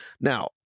Now